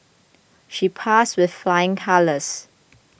she passed with flying colours